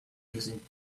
using